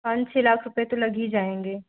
पाँच छः लाख रुपये तो लग ही जाएंगे